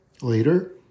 Later